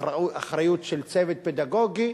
ואחריות של צוות פדגוגי.